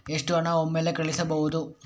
ಎಷ್ಟು ಹಣ ಒಮ್ಮೆಲೇ ಕಳುಹಿಸಬಹುದು?